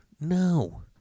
No